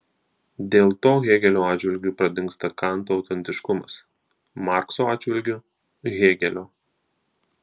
dėl to hėgelio atžvilgiu pradingsta kanto autentiškumas markso atžvilgiu hėgelio